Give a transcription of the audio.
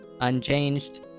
unchanged